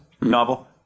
novel